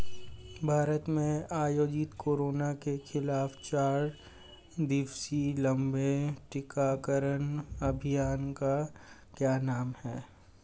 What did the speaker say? भारत में आयोजित कोरोना के खिलाफ चार दिवसीय लंबे टीकाकरण अभियान का क्या नाम है?